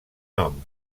nom